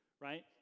right